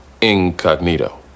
incognito